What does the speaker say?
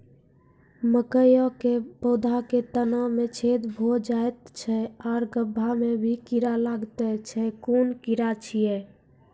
मकयक पौधा के तना मे छेद भो जायत छै आर गभ्भा मे भी कीड़ा लागतै छै कून कीड़ा छियै?